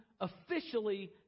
officially